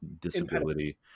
disability